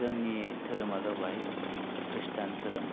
जोंनि दोहोरोमा जाबाय खृष्टान दोरोम